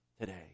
today